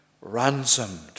ransomed